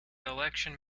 election